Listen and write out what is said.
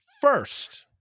first